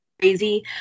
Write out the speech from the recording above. Crazy